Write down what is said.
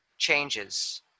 Changes